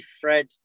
Fred